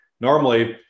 normally